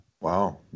Wow